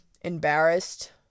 embarrassed